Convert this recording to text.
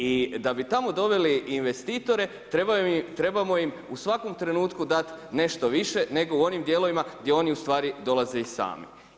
I da bi tamo doveli investitore, trebamo im u svakom trenutku dati nešto više, nego u onim dijelovima, gdje oni ustvari dolaze i sami.